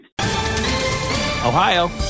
Ohio